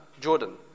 Jordan